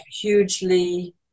hugely